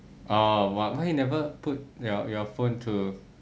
orh !wah! why you never put your your phone to